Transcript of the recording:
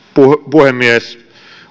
puhemies